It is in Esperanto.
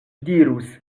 dirus